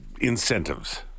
incentives